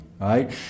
right